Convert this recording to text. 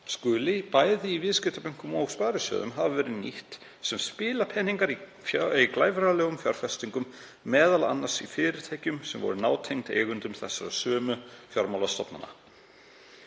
skuli, bæði í viðskiptabönkum og sparisjóðum, hafa verið nýtt sem spilapeningar í glæfralegum fjárfestingum, m.a. í fyrirtækjum sem voru nátengd eigendum þessara sömu fjármálastofnana.“